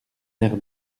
air